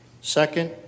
Second